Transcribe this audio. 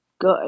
good